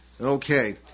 Okay